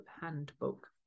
Handbook